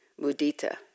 mudita